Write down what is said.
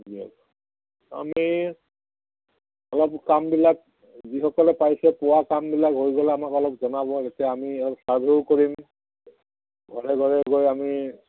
দক আমি অলপ কামবিলাক যিসকলে পাইছে পোৱা কামবিলাক হৈ গ'লে আমাক অলপ জনাব এতিয়া আমি অলপ ছাৰ্ভেও কৰিম ঘৰে ঘৰে গৈ আমি